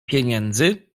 pieniędzy